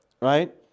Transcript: right